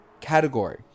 category